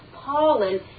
pollen